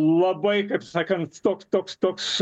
labai kaip sakant toks toks toks